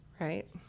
right